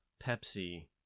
Pepsi